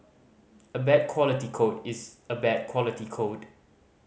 a bad quality code is a bad quality code